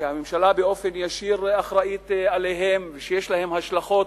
שהממשלה באופן ישיר אחראית להן ויש להן השלכות